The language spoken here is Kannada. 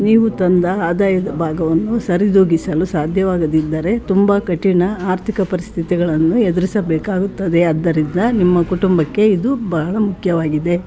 ನೀವು ತಂದ ಆದಾಯದ ಭಾಗವನ್ನು ಸರಿದೂಗಿಸಲು ಸಾಧ್ಯವಾಗದಿದ್ದರೆ ತುಂಬ ಕಠಿಣ ಆರ್ಥಿಕ ಪರಿಸ್ಥಿತಿಗಳನ್ನು ಎದುರಿಸಬೇಕಾಗುತ್ತದೆ ಆದ್ದರಿಂದ ನಿಮ್ಮ ಕುಟುಂಬಕ್ಕೆ ಇದು ಬಹಳ ಮುಖ್ಯವಾಗಿದೆ